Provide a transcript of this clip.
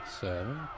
Seven